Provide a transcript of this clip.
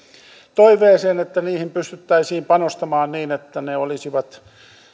toiveeseen että niihin pystyttäisiin panostamaan niin että ne olisivat